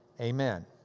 amen